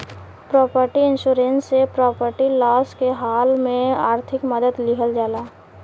property insurance से property loss के हाल में आर्थिक मदद लीहल जाला